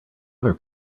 other